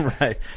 Right